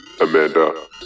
Amanda